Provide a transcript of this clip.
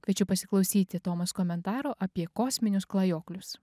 kviečiu pasiklausyti tomos komentaro apie kosminius klajoklius